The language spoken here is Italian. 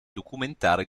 documentari